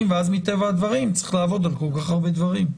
ואז מטבע הדברים צריך לעבוד על כל כך הרבה דברים.